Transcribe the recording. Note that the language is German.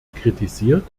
kritisiert